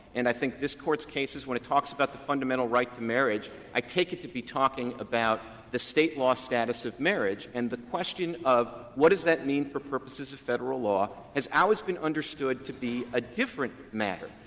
and i think this court's cases when it talks about the fundamental right to marriage, i take it to be talking about the state law status of marriage and the question of what does that mean for purposes of federal law has always been understood to be a different matter.